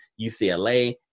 UCLA